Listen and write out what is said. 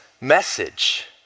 message